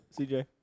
CJ